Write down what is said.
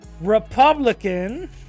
Republican